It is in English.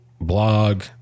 Blog